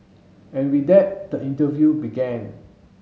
and with that the interview began